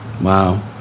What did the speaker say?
Wow